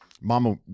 Mama